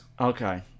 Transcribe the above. Okay